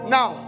Now